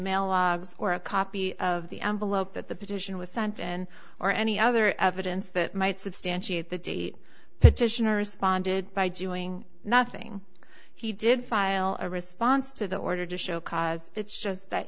male or a copy of the envelope that the petition was sent and or any other evidence that might substantiate the date petitioners bonded by doing nothing he did file a response to the order to show cause it's just that